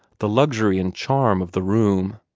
the luxury and charm of the room.